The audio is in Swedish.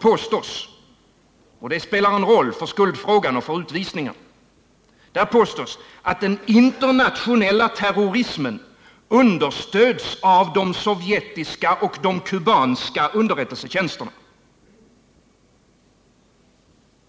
påstås — och det spelar en roll för skuldfrågan och för utvisningarna — att den internationella terrorismen understöds av de sovjetiska och kubanska underrättelsetjänsterna.